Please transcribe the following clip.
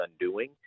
undoing